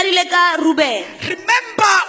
Remember